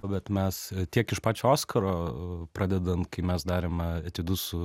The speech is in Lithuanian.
bet mes tiek iš pačios oskaro pradedant kai mes darėme etiudus